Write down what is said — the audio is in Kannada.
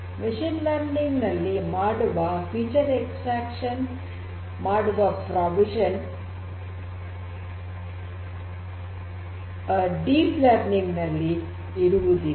ಮಷೀನ್ ಲರ್ನಿಂಗ್ ನಲ್ಲಿ ಫೀಚರ್ ಎಕ್ಸ್ಟ್ರಾಕ್ಷನ್ ಮಾಡುವ ನಿಬಂಧನೆ ಡೀಪ್ ಲರ್ನಿಂಗ್ ನಲ್ಲಿ ಇರುವುದಿಲ್ಲ